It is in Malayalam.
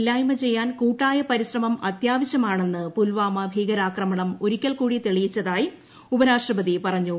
ഇല്ലായ്മ ചെയ്യാൻ കൂട്ടായ പരിശ്രമം തീവ്രവാദത്തെ അത്യാവശ്യമാണെന്ന് പുൽവാമ ഭീകരാക്രമണം ഒരിക്കൽക്കൂടി തെളിയിച്ചതായി ഉപരാഷ്ട്രപതി പറഞ്ഞു